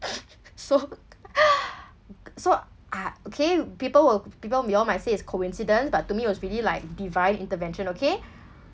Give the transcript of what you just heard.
so so a~ okay people will people you all might say it's coincidence but to me it was really like divine intervention okay